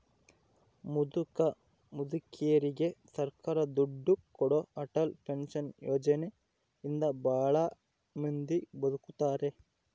ಮುದುಕ ಮುದುಕೆರಿಗೆ ಸರ್ಕಾರ ದುಡ್ಡು ಕೊಡೋ ಅಟಲ್ ಪೆನ್ಶನ್ ಯೋಜನೆ ಇಂದ ಭಾಳ ಮಂದಿ ಬದುಕಾಕತ್ತಾರ